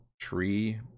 tree